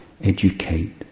educate